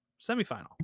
semifinal